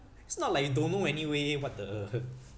it's not like you don't know anyway what the